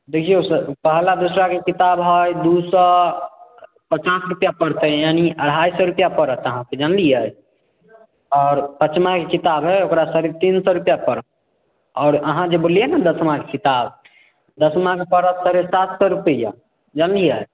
देखिऔ पहला दूसराके किताब है दू सए पचास रुपैआ पड़तै यानि अढ़ाइ सए रुपआ पड़त अहाँके जनलियै आओर पचमाके किताब है ओकरा साढ़े तीन सए रुपैआ पड़त आओर अहाँ जे बोललियै ने दसमाके किताब दसमाके पड़त साढ़े सात सए रुपैआ जनलियै